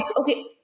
okay